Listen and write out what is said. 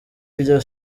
iryo